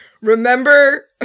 remember